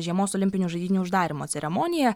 žiemos olimpinių žaidynių uždarymo ceremonija